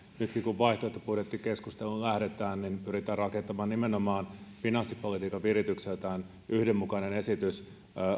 nytkin kun vaihtoehtobudjettikeskusteluun lähdetään pyritään rakentamaan nimenomaan finanssipolitiikkaan viritykseltään yhdenmukainen esitys